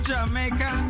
Jamaica